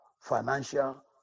financial